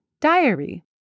Diary